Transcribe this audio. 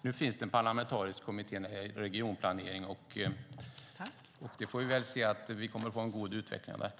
Nu finns det en parlamentarisk kommitté när det gäller regionplanering. Vi kommer nog att få en god utveckling av detta.